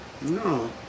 No